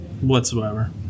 whatsoever